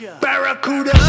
Barracuda